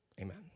amen